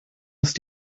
ist